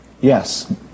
Yes